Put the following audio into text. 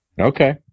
okay